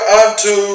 unto